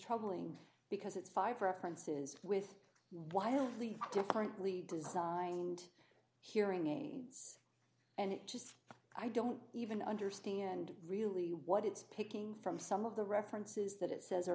troubling because it's five references with wildly differently designed hearing aids and it just i don't even understand really what it's picking from some of the references that it says are